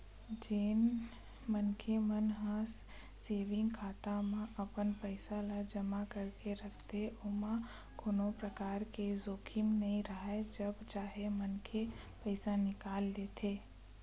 जेन मनखे मन ह सेंविग खाता म अपन पइसा ल जमा करके रखथे ओमा कोनो परकार के जोखिम नइ राहय जब चाहे मनखे पइसा निकाल लेथे